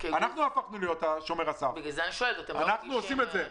אנחנו הפכנו להיות שומר הסף, אנחנו עושים את זה.